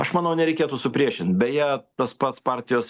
aš manau nereikėtų supriešint beje tas pats partijos